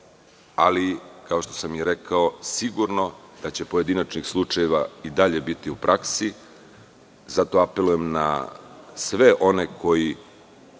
ali, kao što sam rekao, sigurno je da će pojedinačnih slučajeva i dalje biti u praksi. Zato apelujem na sve one koji